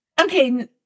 okay